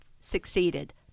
succeeded